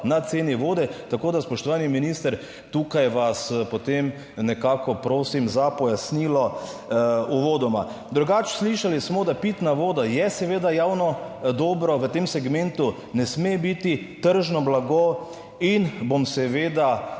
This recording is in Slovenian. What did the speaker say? na ceni vode. Tako da, spoštovani minister, tukaj vas potem nekako prosim za pojasnilo uvodoma. Drugače, slišali smo, da pitna voda je seveda javno dobro v tem segmentu, ne sme biti tržno blago in bom seveda